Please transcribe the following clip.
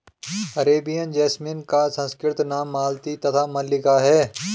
Arabian jasmine का संस्कृत नाम मालती तथा मल्लिका है